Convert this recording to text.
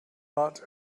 but